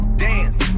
dance